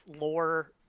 lore